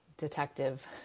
Detective